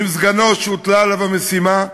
עם סגנו שהוטלה עליו המשימה,